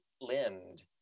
limbed